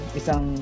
isang